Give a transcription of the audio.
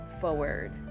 forward